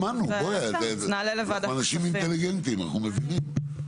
שמענו, אנחנו אנשים אינטליגנטים, אנחנו מבינים.